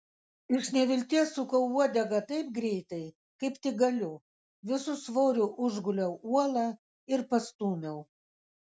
iš nevilties sukau uodegą taip greitai kaip tik galiu visu svoriu užguliau uolą ir pastūmiau